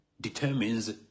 determines